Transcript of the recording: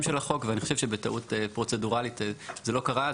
של החוק ואני חושב שבטעות פרוצדורלית זה לא קרה.